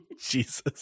Jesus